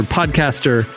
podcaster